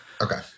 Okay